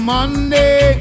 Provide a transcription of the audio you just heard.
Monday